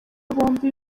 bombi